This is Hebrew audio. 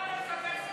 לא הבאתם.